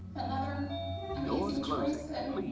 another amazing choice and